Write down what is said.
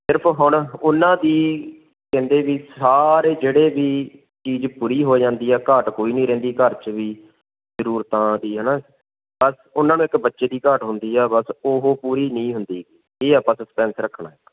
ਸਿਰਫ਼ ਹੁਣ ਉਹਨਾਂ ਦੀ ਕਹਿੰਦੇ ਵੀ ਸਾਰੇ ਜਿਹੜੇ ਵੀ ਚੀਜ਼ ਪੂਰੀ ਹੋ ਜਾਂਦੀ ਆ ਘਾਟ ਕੋਈ ਨਹੀਂ ਰਹਿੰਦੀ ਘਰ ਚ ਵੀ ਜ਼ਰੂਰਤਾਂ ਦੀ ਹੈ ਨਾ ਪਰ ਉਹਨਾਂ ਨੂੰ ਇੱਕ ਬੱਚੇ ਦੀ ਘਾਟ ਹੁੰਦੀ ਆ ਬਸ ਉਹ ਪੂਰੀ ਨਹੀਂ ਹੁੰਦੀ ਇਹ ਆਪਾਂ ਸਸਪੈਂਸ ਰੱਖਣਾ ਇੱਕ